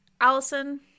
allison